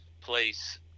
place